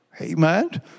Amen